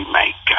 make